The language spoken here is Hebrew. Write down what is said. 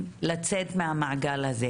עוזרים להם לצאת מהמעגל הזה?